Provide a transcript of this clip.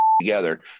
together